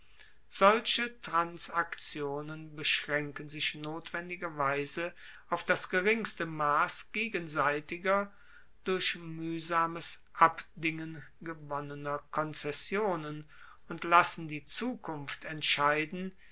solche transaktionen beschraenken sich notwendigerweise auf das geringste mass gegenseitiger durch muehsames abdingen gewonnener konzessionen und lassen die zukunft entscheiden